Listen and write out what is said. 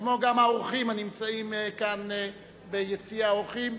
כמו גם האורחים הנמצאים כאן ביציע האורחים,